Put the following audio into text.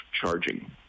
charging